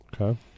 Okay